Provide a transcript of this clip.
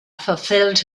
fulfilled